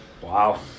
Wow